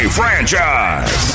franchise